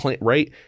right